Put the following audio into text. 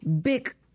Big